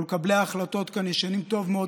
אבל מקבלי ההחלטות כאן ישנים טוב מאוד